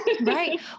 Right